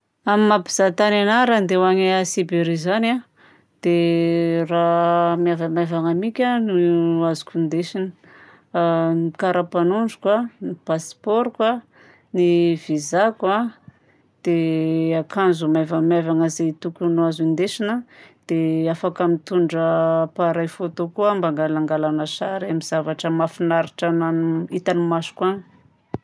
Amin'ny maha-mpizaha tany ahy raha handeha ho agny Siberia zany a, dia raha raha maivamaivagna mika no azoko indesina: ny karapanondroko a, passeport-ko a, ny visaako a, dia akanjo maivamaivagna zay tokony ho azo indesigna. Dia afaka mitondra appareil photo koa aho ma hangalangalana sary amin'ny zavatra mahafinaritra anahy- hitan'ny masoko agny.